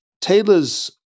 Taylor's